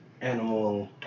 animal